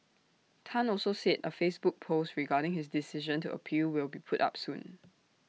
Tan also said A Facebook post regarding his decision to appeal will be put up soon